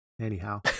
Anyhow